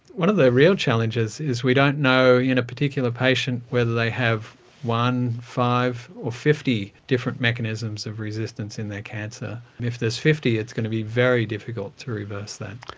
one of the real challenges is we don't know in a particular patient whether they have one, five or fifty different mechanisms of resistance in their cancer. if there's fifty, it's going to be very difficult to reverse that.